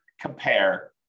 compare